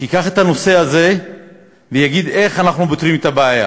שייקח את הנושא הזה ויגיד איך אנחנו פותרים את הבעיה,